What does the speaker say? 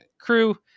crew